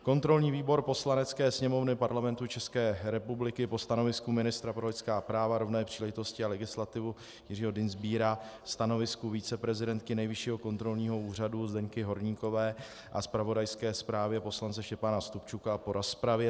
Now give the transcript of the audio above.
Kontrolní výbor Poslanecké sněmovny Parlamentu České republiky po stanovisku ministra pro lidská práva, rovné příležitosti a legislativu Jiřího Dienstbiera, stanovisku viceprezidentky Nejvyššího kontrolního úřadu Zdeňky Horníkové a zpravodajské zprávě poslance Štěpána Stupčuka a po rozpravě